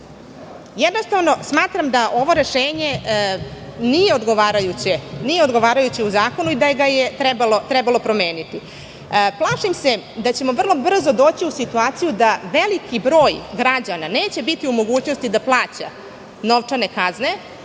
danas. Jednostavno, smatram da ovo rešenje nije odgovarajuće u zakonu i da ga je trebalo promeniti. Plašim se da ćemo vrlo brzo doći u situaciju da veliki broj građana neće biti u mogućnosti da plaća novčane kazne